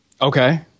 Okay